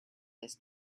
this